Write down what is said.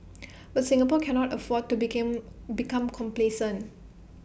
but Singapore cannot afford to became become complacent